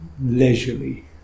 leisurely